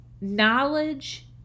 Knowledge